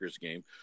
game